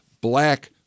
black